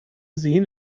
sehen